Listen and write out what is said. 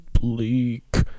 bleak